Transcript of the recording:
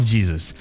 Jesus